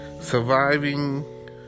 surviving